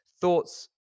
thoughts